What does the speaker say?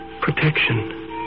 protection